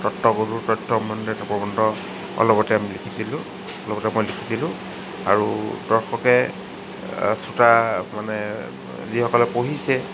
তত্বগধুৰ তথ্য সম্বন্ধে এটা প্ৰবন্ধ অলপতে আমি লিখিছিলোঁ লগতে মই লিখিছিলোঁ আৰু দৰ্শকে শ্ৰোতা মানে যিসকলে পঢ়িছে